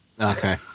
Okay